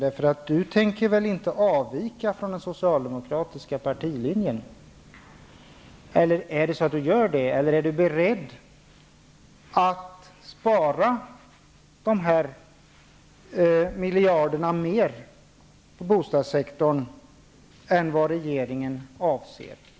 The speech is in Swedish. Han tänker väl inte avvika från den socialdemokratiska partilinjen, eller tänker han göra det? Är Lars Stjernkvist beredd att spara ytterligare miljarder på bostadssektorn än vad regeringen avser att göra?